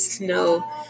no